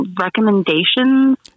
recommendations